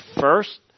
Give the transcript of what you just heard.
first